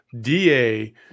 DA –